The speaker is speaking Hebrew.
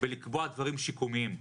בלקבוע דברים שיקומיים?